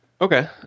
Okay